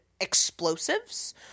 Explosives